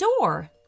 door